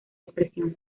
expresión